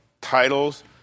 titles